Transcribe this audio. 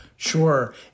Sure